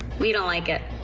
we don't like it.